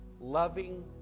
Loving